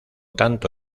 tanto